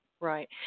right